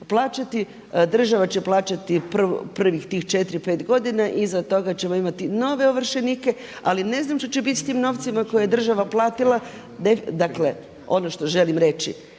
država će plaćati prvih tih 4, 5 godina i iza toga ćemo imati nove ovršenike ali ne znam što će biti sa tim novcima koje je država platila. Dakle ono što želim reći,